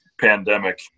pandemic